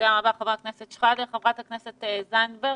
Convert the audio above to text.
חברת הכנסת זנדברג.